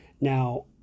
Now